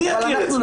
מי יכיר את זה?